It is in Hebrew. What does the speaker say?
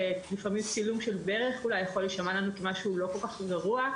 שלפעמים צילום של ברך אולי יכול להישמע לנו כמשהו לא כל כך גרוע,